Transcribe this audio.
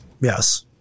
Yes